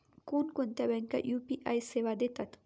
कोणकोणत्या बँका यू.पी.आय सेवा देतात?